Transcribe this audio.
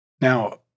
now